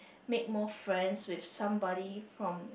make more friends with somebody from